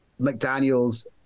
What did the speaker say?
McDaniels